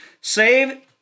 Save